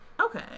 Okay